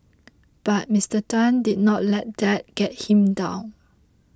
but Mister Tan did not let that get him down